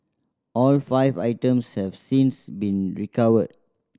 all five items have since been recovered